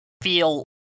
feel